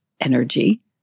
energy